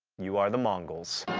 you are the mongols.